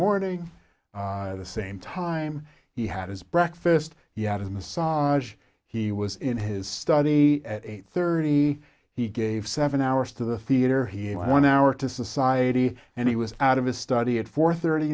morning the same time he had his breakfast yet in the saw age he was in his study at eight thirty he gave seven hours to the theater he had one hour to society and he was out of his study at four thirty